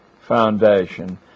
Foundation